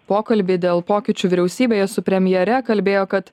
pokalbį dėl pokyčių vyriausybėje su premjere kalbėjo kad